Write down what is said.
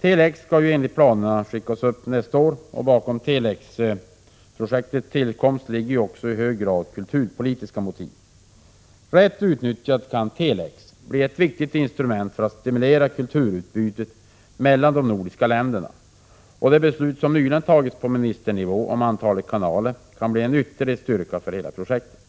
Tele-X skall enligt planerna skickas upp nästa år. Bakom Tele-X-projektets tillkomst ligger i hög grad kulturpolitiska motiv. Rätt utnyttjad kan Tele-X bli ett viktigt instrument för att stimulera kulturutbytet mellan de nordiska länderna, och det beslut som nyligen tagits på ministernivå om antalet kanaler kan bli en ytterligare styrka för hela projektet.